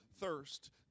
thirst